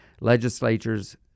legislatures